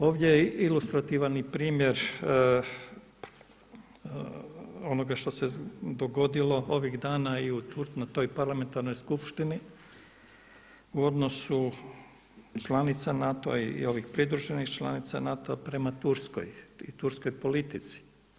Ovdje je ilustrativan i primjer onoga što se dogodilo ovih dana i na toj parlamentarnoj skupštini u odnosu članica NATO-a, i ovih pridruženih članica NATO-a prema Turskoj, i turskoj politici.